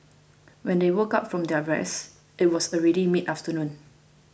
when they woke up from their rest it was already mid afternoon